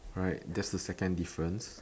right that's the second difference